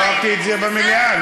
אמרתי את זה במליאה,